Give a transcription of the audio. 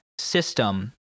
system